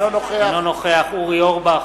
אינו נוכח אורי אורבך,